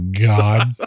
God